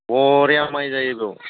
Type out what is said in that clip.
बरिया माइ जायो बेयाव